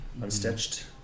unstitched